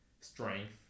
strength